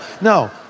No